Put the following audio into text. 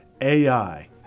AI